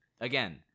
Again